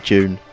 June